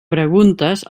preguntes